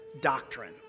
doctrine